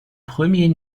premier